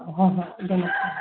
ꯍꯣꯏ ꯍꯣꯏ ꯑꯗꯨꯅ